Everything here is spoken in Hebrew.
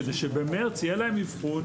כדי שבמרץ יהיה להם אבחון.